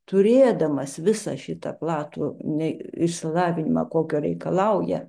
turėdamas visą šitą platų ne išsilavinimą kokio reikalauja